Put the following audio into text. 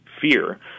fear